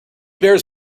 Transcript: bears